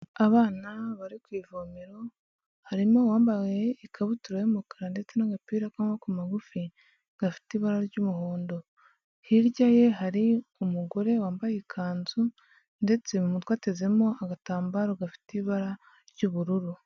Abana bari ku ivomero harimo uwambaye ikabutura y'umukara ndetse n'agapira k'amaboko magufi gafite ibara ry'umuhondo, hirya ye hari umugore wambaye ikanzu ndetse mu mutwe atezemo agatambaro gafite ibara ry'ubururu.